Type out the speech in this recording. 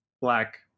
black